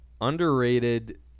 underrated